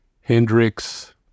Hendrix